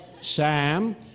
Sam